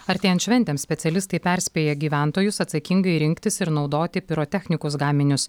artėjant šventėms specialistai perspėja gyventojus atsakingai rinktis ir naudoti pirotechnikos gaminius